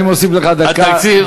אני מוסיף לך דקה,